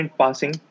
passing